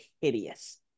hideous